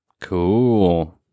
cool